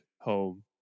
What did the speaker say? home